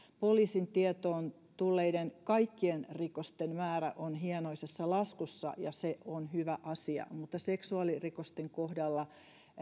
poliisin tietoon tulleiden rikosten määrä on hienoisessa laskussa ja se on hyvä asia mutta seksuaalirikosten kohdalla